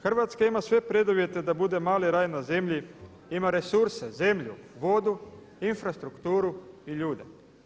Hrvatska ima sve preduvjete da bude mali raj na zemlji, ima resurse, zemlju, vodu, infrastrukturu i ljude.